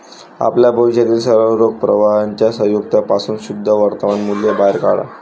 आपल्या भविष्यातील सर्व रोख प्रवाहांच्या संयुक्त पासून शुद्ध वर्तमान मूल्य बाहेर काढा